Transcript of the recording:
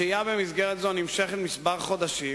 השהייה במסגרת זו נמשכת כמה חודשים,